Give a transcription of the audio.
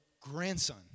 grandson